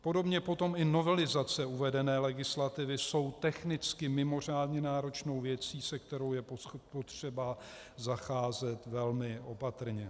Podobně potom i novelizace uvedené legislativy jsou technicky mimořádně náročnou věcí, se kterou je potřeba zacházet velmi opatrně.